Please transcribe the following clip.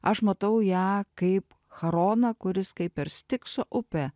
aš matau ją kaip charoną kuris kaip per stikso upę